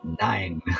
Nine